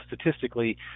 statistically